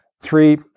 three